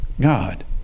God